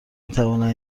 میتوانند